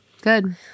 Good